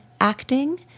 acting